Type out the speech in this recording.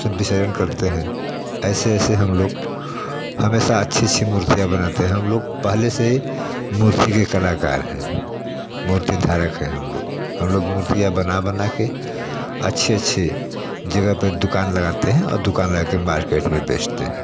जब विसर्जन करते हैं ऐसे ऐसे हम लोग हमेशा अच्छी सी मूर्तियाँ बनाते हम लोग पहले से मूर्ति के कलाकार हैं मूर्तिधारक हैं हम लोग हम लोग मूर्तियाँ बना बना के अच्छे अच्छे जगह पर दुकान लगाते हैं और दुकान लगा के मार्केट में बेचते हैं